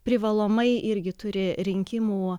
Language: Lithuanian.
privalomai irgi turi rinkimų